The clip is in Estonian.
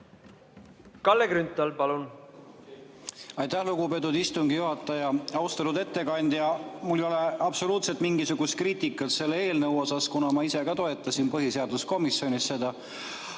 Kalle Grünthal, palun!